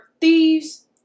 thieves